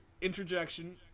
interjection